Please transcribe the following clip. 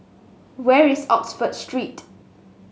where is Oxford Street